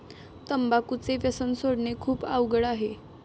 तंबाखूचे व्यसन सोडणे खूप अवघड आहे